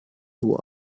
nur